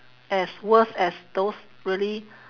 as worse as those really